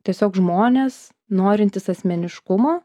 tiesiog žmonės norintys asmeniškumo